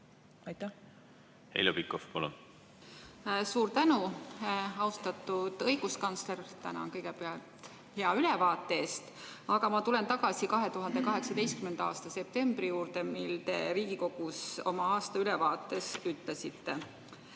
palun! Heljo Pikhof, palun! Suur tänu! Austatud õiguskantsler, tänan kõigepealt hea ülevaate eest! Aga ma tulen tagasi 2018. aasta septembri juurde, mil te Riigikogus oma aastaülevaates ütlesite,